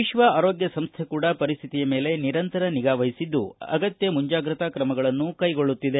ವಿಶ್ವ ಆರೋಗ್ಗ ಸಂಸ್ಥೆ ಕೂಡ ಪರಿಸ್ತಿತಿಯ ಮೇಲೆ ನಿರಂತರ ನಿಗಾ ವಹಿಸಿದ್ದು ಅಗತ್ತ ಮುಂಜಾಗ್ಗತ ಕ್ರಮಗಳನ್ನು ಕೈಗೊಳ್ಳುತ್ತಿದೆ